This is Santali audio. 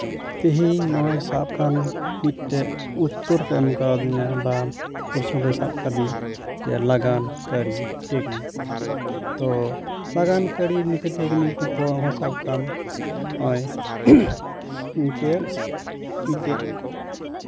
ᱛᱮᱦᱮᱧ ᱱᱚᱜᱼᱚᱸᱭ ᱥᱟᱵ ᱠᱟᱜ ᱢᱮ ᱢᱤᱫᱴᱮᱡ ᱩᱛᱛᱚᱨ ᱠᱚ ᱮᱢ ᱠᱟᱣᱫᱤᱧᱟᱹ ᱵᱟ ᱯᱨᱚᱥᱚᱵ ᱮ ᱥᱟᱵ ᱠᱟᱫᱤᱧ ᱡᱮ ᱞᱟᱜᱟᱱ ᱠᱟᱹᱨᱤ ᱴᱮᱠᱱᱤ ᱛᱚ ᱞᱟᱜᱟᱱ ᱠᱟᱹᱨᱤ ᱴᱮᱠᱱᱤᱠ ᱨᱮᱛᱚ ᱟᱢ ᱦᱚᱸ ᱥᱟᱵ ᱠᱟᱜ ᱟᱢ ᱱᱚᱜᱼᱚᱸᱭ ᱡᱮ ᱢᱤᱫᱴᱮᱡ